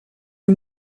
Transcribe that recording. die